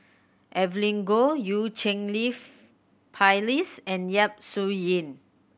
Evelyn Goh Eu Cheng Li Phyllis and Yap Su Yin